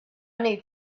need